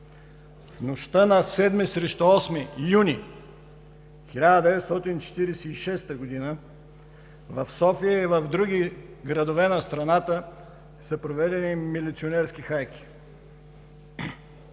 В нощта на 7 срещу 8 юни 1946 г. в София и в други градове на страната са проведени милиционерски хайки.